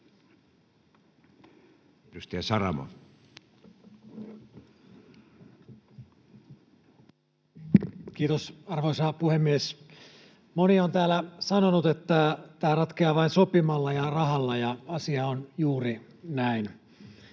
Content: Kiitos, arvoisa puhemies! Moni on täällä sanonut, että tämä ratkeaa vain sopimalla ja rahalla, ja asia on juuri näin.